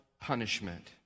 punishment